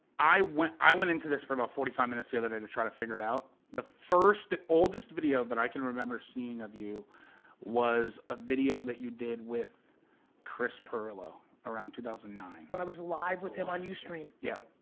i went i went into this for about forty five minutes the other day to try to figure it out. the first, oldest video that i can remember seeing of you was a video that you did with chris pirillo around two thousand and nine. when i was live with him on ustream. yeah.